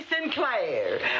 sinclair